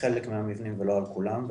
מהמבנים ולא על כולם,